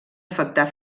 afectar